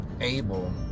able